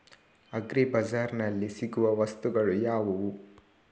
Agri ಬಜಾರ್ನಲ್ಲಿ ಸಿಗುವ ವಸ್ತುಗಳು ಯಾವುವು?